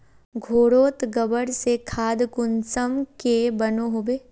घोरोत गबर से खाद कुंसम के बनो होबे?